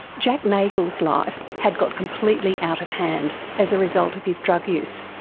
jack nagle's life had got completely out of hand as a result of his drug use.